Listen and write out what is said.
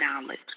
knowledge